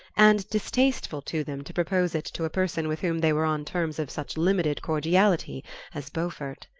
and distasteful to them to propose it to a person with whom they were on terms of such limited cordiality as beaufort.